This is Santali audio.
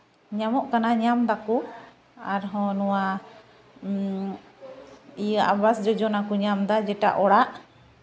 ᱧᱟᱢᱚᱜ ᱠᱟᱱᱟ ᱧᱟᱢ ᱫᱟᱠᱚ ᱟᱨ ᱦᱚᱸ ᱱᱚᱣᱟ ᱤᱭᱟᱹ ᱟᱵᱟᱥ ᱡᱳᱡᱚᱱᱟ ᱠᱚ ᱧᱟᱢᱫᱟ ᱡᱮᱴᱟ ᱚᱲᱟᱜ